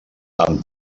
amb